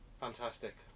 fantastic